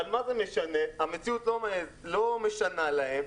אבל מה זה משנה, המציאות לא משנה להם.